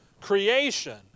creation